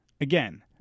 again